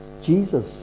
Jesus